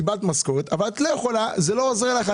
קיבלת משכורת אבל זה לא עוזר לך,